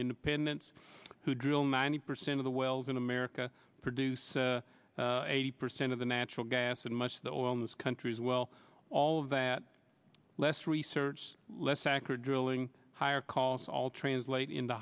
independents who drill ninety percent of the wells in america produce eighty percent of the natural gas and much of the oil in this country as well all of that less research less accurate drilling higher costs all translate into